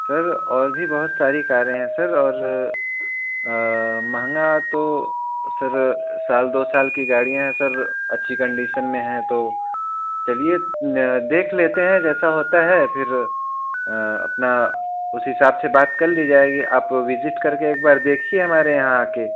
sir और भी बहुत सारी कारें हैं सर और महंगा तो सर साल दो साल की गाड़ियाँ है सर अच्छी कंडीशन में हैं तो चलिए देख लेते हैं जैसा होता है फिर अपना उस हिसाब से बात कर ली जाएगी आप विज़िट करके एक बार देखिए हमारे यहाँ आ कर